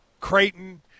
Creighton